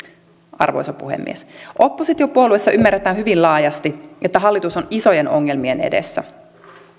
arvoisa puhemies oppositiopuolueissa ymmärretään hyvin laajasti että hallitus on isojen ongelmien edessä